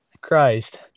Christ